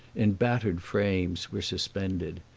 in battered frames, were suspended.